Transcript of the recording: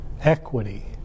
equity